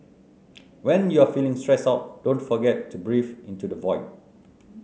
when you are feeling stressed out don't forget to breathe into the void